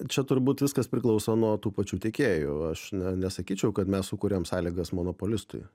čia turbūt viskas priklauso nuo tų pačių tiekėjų aš ne nesakyčiau kad mes sukuriam sąlygas monopolistui